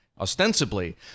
ostensibly